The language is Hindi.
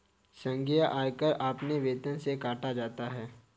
संघीय आयकर आपके वेतन से काटा जाता हैं